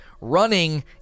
Running